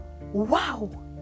wow